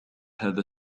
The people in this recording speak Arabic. هذا